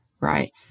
right